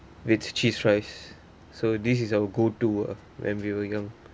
with cheese rice so this is our go to ah when we were young